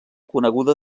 coneguda